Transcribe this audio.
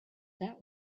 that